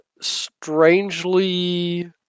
strangely